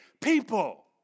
people